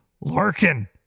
Larkin